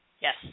Yes